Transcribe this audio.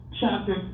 chapter